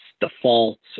defaults